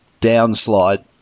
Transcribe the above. downslide